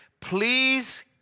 please